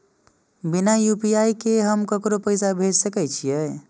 बिना यू.पी.आई के हम ककरो पैसा भेज सके छिए?